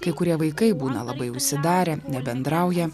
kai kurie vaikai būna labai užsidarę nebendrauja